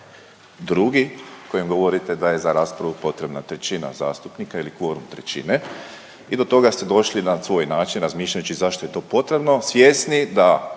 2. kojim govorite da je za raspravu potrebna trećina zastupnika ili kvorum trećine. I do toga ste došli na svoj način razmišljajući zašto je to potrebno svjesni da